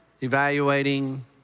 evaluating